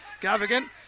Gavigan